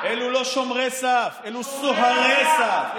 אלו לא שומרי סף, אלו סוהרי סף.